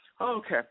Okay